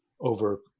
over